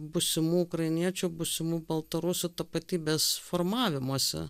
būsimų ukrainiečių būsimų baltarusių tapatybės formavimosi